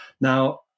Now